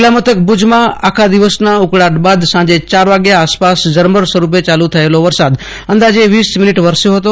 જીલ્લા મથક ભૂજમાં આખા દિવસના ઉકળાટ બાદ સાંજે ચાર વાગ્યા આસપાસ ઝરમર સ્વરૂપે ચાલુ થયેલો વરસાદ અંદાજે વીસ મિનીટ વરસ્યો હતો